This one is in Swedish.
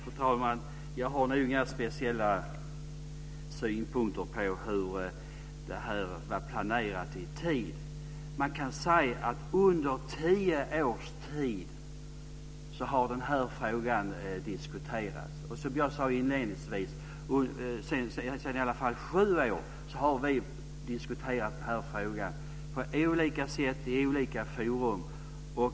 Fru talman! Jag har inga speciella synpunkter på hur det här var planerat i tiden. Under tio års tid har den här frågan diskuterats. Jag sade inledningsvis att vi sedan åtminstone sju år har diskuterat den här frågan på olika sätt i olika forum.